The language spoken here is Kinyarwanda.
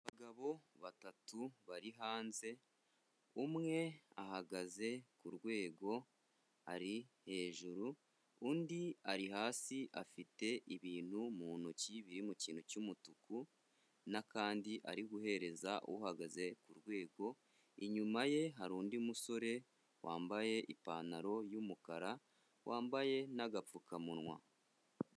Abagabo batatu bari hanze, umwe ahagaze ku rwego ari hejuru, undi ari hasi afite ibintu mu ntoki biri mu kintu cy'umutuku n'akandi ari guhereza uhagaze ku rwego, inyuma ye hari undi musore wambaye ipantaro y'umukara wambaye n'agapfukamunwa.